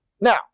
Now